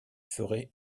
ferait